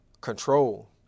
control